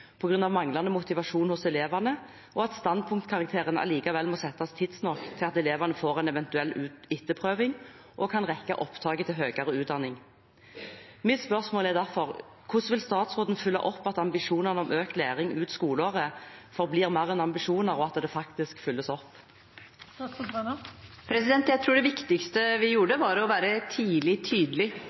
manglende motivasjon hos elevene, og at standpunktkarakteren allikevel må settes tidsnok til at elevene får en eventuell etterprøving og kan rekke opptaket til høyere utdanning. Mitt spørsmål er derfor: Hvordan vil statsråden følge opp at ambisjonene om økt læring ut skoleåret forblir mer enn ambisjoner, og at det faktisk følges opp? Jeg tror det viktigste vi gjorde, var tidlig å være tydelig